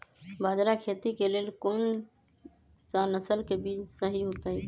बाजरा खेती के लेल कोन सा नसल के बीज सही होतइ?